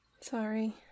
Sorry